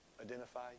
identify